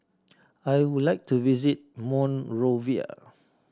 I would like to visit Monrovia